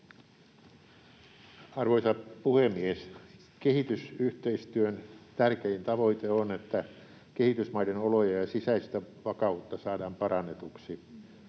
Arvoisa puhemies! Kehitysyhteistyön tärkein tavoite on, että kehitysmaiden oloja ja sisäistä vakautta saadaan parannetuksi.